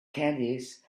caddies